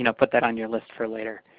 you know put that on your list for later.